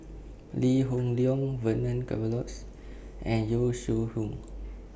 Lee Hoon Leong Vernon Cornelius and Yong Shu Hoong